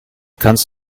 kannst